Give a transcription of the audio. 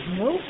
no